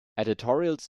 editorials